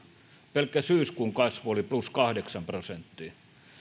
pelkkä syyskuun kasvu oli plus kahdeksan prosenttia